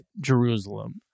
jerusalem